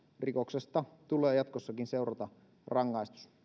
rikoksesta tulee jatkossakin seurata rangaistus